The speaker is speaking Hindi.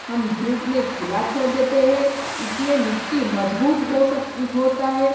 हम धूप में खुला छोड़ देते है इसमें मिट्टी मजबूत हो होता है